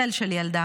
צל של ילדה,